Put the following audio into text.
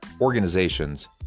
organizations